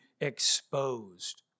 exposed